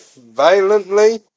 violently